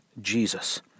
Jesus